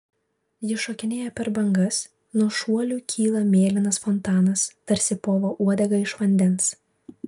ji šokinėja per bangas nuo šuolių kyla mėlynas fontanas tarsi povo uodega iš vandens